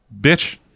Bitch